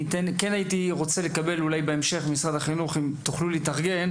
אולי בהמשך משרד החינוך אם תוכלו להתארגן